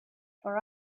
for